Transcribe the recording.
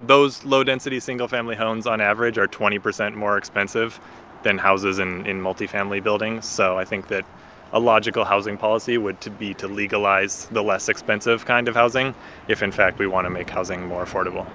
those low-density, single-family homes on average are twenty percent more expensive than houses in in multi-family buildings. so i think that a logical housing policy would be to legalize the less expensive kind of housing if in fact we want to make housing more affordable